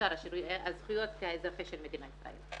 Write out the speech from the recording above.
והזכויות האזרחיות של מדינת ישראל.